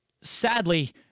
sadly